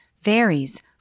varies